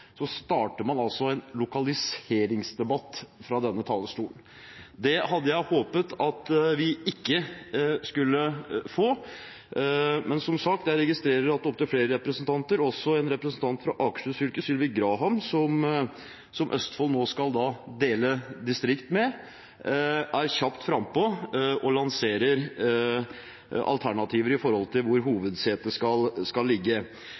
så sånn sett er dette bra. Jeg tok ordet fordi jeg registrerer at man nå før reformen er vedtatt, starter en lokaliseringsdebatt fra denne talerstolen. Det hadde jeg håpet at vi ikke skulle få, men, som sagt, jeg registrerer at opptil flere representanter, også en representant fra Akershus fylke, Sylvi Graham, som Østfold nå skal dele distrikt med, er kjapt frampå og lanserer alternativer i forhold til hvor